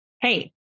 hey